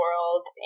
world